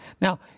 Now